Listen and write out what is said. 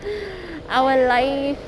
I will like